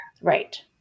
right